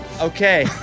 Okay